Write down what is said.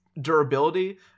durability